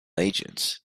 agents